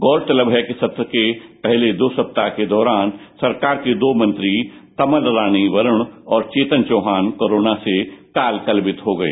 गौरतलब है कि सत्र से पहले दो सप्ताह के दौरान सरकार के दो मंत्री कमल रानी वरुण और चेतन चौहान कोरोना से काल कलवित हो गए